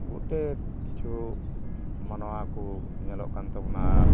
ᱜᱩᱴᱟᱹᱠ ᱠᱤᱪᱷᱩ ᱢᱟᱱᱣᱟ ᱠᱚ ᱧᱮᱞᱚᱜ ᱠᱟᱱ ᱛᱟᱵᱚᱱᱟ ᱟᱨ